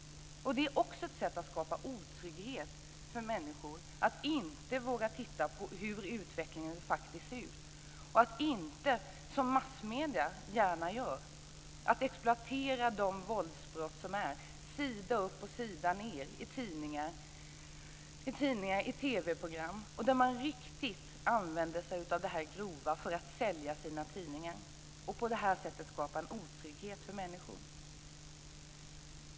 Att inte våga titta på hur utvecklingen faktiskt ser ut är också ett sätt att skapa otrygghet för människor. Massmedierna exploaterar gärna de våldsbrott som förekommer. Det är sida upp och sida ned i tidningar där man använder sig att dessa grova våldsbrott för att sälja sina tidningar, och det är TV-program. På det här sättet skapar man en otrygghet hos människor.